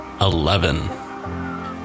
Eleven